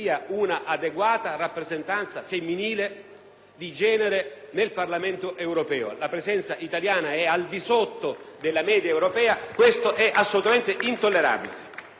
femminile nel Parlamento europeo. La presenza italiana è al di sotto della media europea equesto è assolutamente intollerabile*.